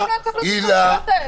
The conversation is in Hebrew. הילה.